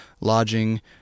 lodging